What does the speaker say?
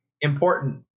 important